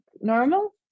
normal